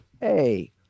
Hey